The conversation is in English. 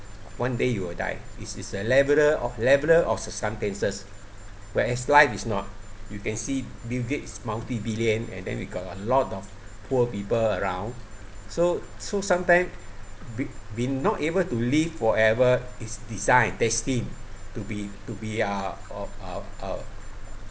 one day you will die is is a leveller of leveller of some where as life is not you can see bill gates multi billion and then we got a lot of poor people around so so sometimes we we not able to live forever is design destined to be to be ah oh uh uh